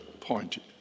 point